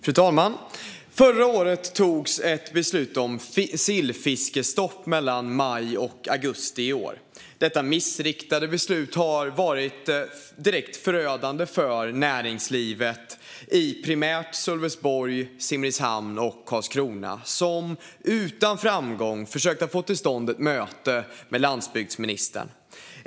Fru talman! Förra året togs ett beslut om sillfiskestopp mellan maj och augusti i år. Detta missriktade beslut har varit direkt förödande för näringslivet i primärt Sölvesborg, Simrishamn och Karlskrona, som utan framgång försökt få till stånd ett möte med landsbygdsministern.